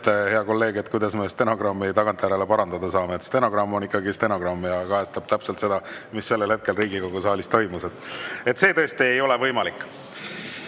hea kolleeg, kuidas me stenogrammi tagantjärele parandada saame. Stenogramm on ikkagi stenogramm ja kajastab täpselt seda, mis sellel hetkel Riigikogu saalis toimus. See tõesti ei ole võimalik. Nii,